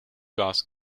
gas